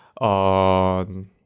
on